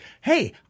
Hey